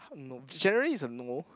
no generally is a no